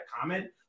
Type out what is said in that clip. comment